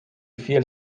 fiel